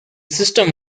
system